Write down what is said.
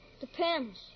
Depends